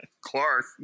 Clark